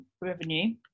revenue